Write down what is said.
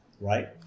right